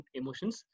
emotions